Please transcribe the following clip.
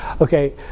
okay